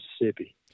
Mississippi